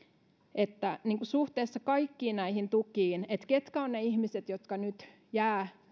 suhteessa kaikkiin näihin tukiin ketkä ovat ne ihmiset jotka nyt jäävät